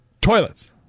Toilets